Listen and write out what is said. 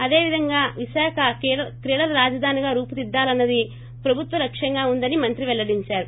అదేవిధంగా విశాఖ క్రీడల రాజధానిగా రూపుదిద్దాలన్నది ప్రభుత్వ లక్ష్యంగా ఉందని మంత్రి పెల్లడిందారు